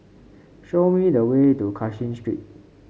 show me the way to Cashin Street